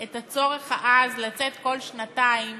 את הצורך העז לצאת כל שנתיים